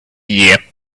year